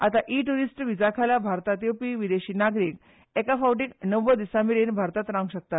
आतां ई tourist visa खाला भारतांत येवपी विदेशी नागरीक एका फावटीक णव्वद दिसांमेरेन भारतांत रावंक शकतात